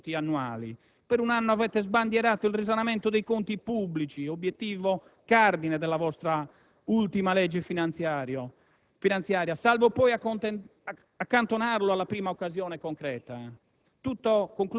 stati puntualmente smentiti non appena sono giunti i primi rendiconti annuali. Per un anno avete sbandierato il risanamento dei conti pubblici, obiettivo cardine della vostra ultima legge finanziaria, salvo poi accantonarlo